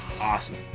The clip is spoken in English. awesome